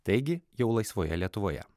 taigi jau laisvoje lietuvoje